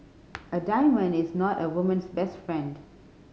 a diamond is not a woman's best friend